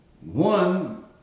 one